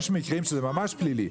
יש מקרים שזה ממש פלילי.